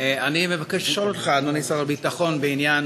אני מבקש לשאול אותך, אדוני שר הביטחון, בעניין,